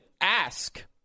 ask